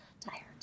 tired